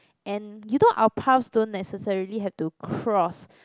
and you know our paths don't necessarily have to cross